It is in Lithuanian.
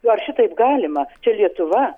nu ar šitaip galima čia lietuva